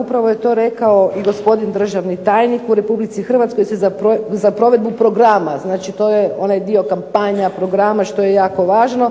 upravo je to rekao i gospodin državni tajnik, u Republici Hrvatskoj se za provedbu programa, znači to je onaj dio kampanja, programa, što je jako važno,